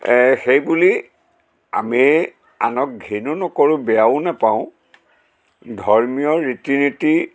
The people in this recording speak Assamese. সেই বুলি আমি আনক ঘিণো নকৰোঁ বেয়াও নেপাওঁ ধৰ্মীয় ৰীতি নীতি